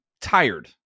tired